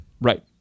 Right